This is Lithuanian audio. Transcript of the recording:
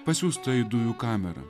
pasiųsta į dujų kamerą